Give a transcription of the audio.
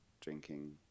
drinking